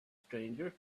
stranger